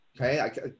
okay